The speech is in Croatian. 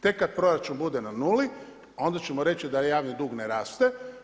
Tek kada proračun bude na nuli, onda ćemo reći da javni dug ne raste.